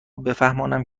بفهمانم